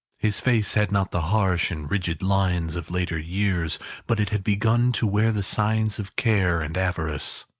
his face had not the harsh and rigid lines of later years but it had begun to wear the signs of care and avarice.